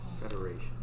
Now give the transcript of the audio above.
Federation